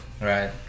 Right